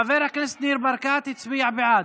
היו"ר מנסור עבאס: חבר הכנסת ניר ברקת הצביע בעד.